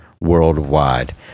worldwide